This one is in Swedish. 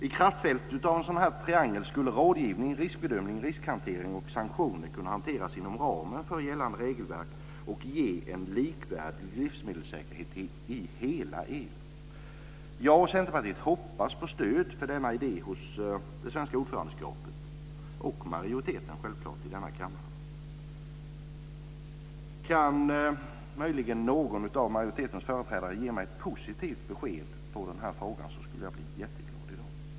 I kraftfältet av en sådan här triangel skulle rådgivning, riskbedömning, riskhantering och sanktioner kunna hanteras inom ramen för gällande regelverk och ge en likvärdig livsmedelssäkerhet i hela EU. Jag och Centerpartiet hoppas på stöd för denna idé av Sverige som ordförandeland och av majoriteten i denna kammare. Om någon av majoritetens företrädare möjligen kan ge mig ett positivt besked i den här frågan, skulle jag bli jätteglad i dag. Fru talman!